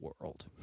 world